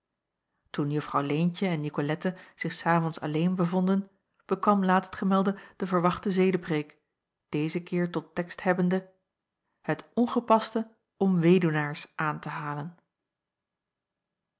toen juffrouw leentje en nicolette zich s avonds alleen bevonden bekwam laatstgemelde de verwachte zedepreêk deze keer tot tekst hebbende het ongepaste om weduwnaars aan te halen